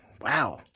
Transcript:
Wow